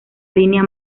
línea